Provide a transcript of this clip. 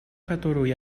которую